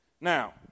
Now